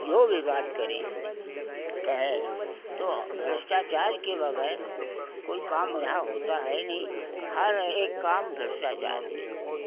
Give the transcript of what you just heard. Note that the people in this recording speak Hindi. जो भी बात करें कहें तो भ्रष्टाचार के बग़ैर कोई काम यहाँ होता है नहीं हर एक काम भ्रष्टाचार में है